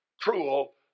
cruel